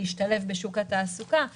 להשתלב בשוק התעסוקה וכולי.